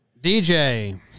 DJ